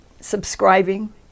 subscribing